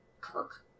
Kirk